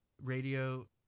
radio